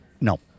No